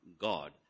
God